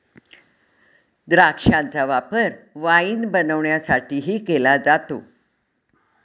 द्राक्षांचा वापर वाईन बनवण्यासाठीही केला जातो